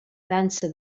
dansa